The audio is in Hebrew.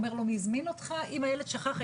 אומר לי מי הזמין אותך ואם הילד שכח משהו,